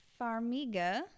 Farmiga